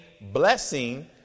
blessing